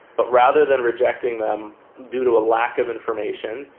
but rather than rejecting them due to a lack of information,